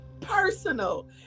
personal